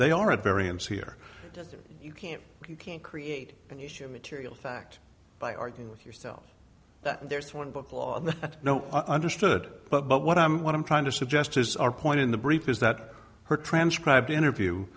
they are at variance here you can't create an issue of material fact by arguing with yourself that there's one book law that no understood but but what i'm what i'm trying to suggest is our point in the brief is that her transcribed interview